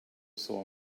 saw